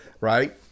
Right